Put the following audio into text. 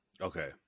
Okay